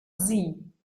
sie